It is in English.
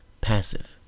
Passive